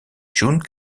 june